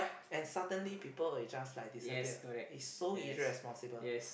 and suddenly people will just like disappear it's so irresponsible